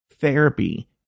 Therapy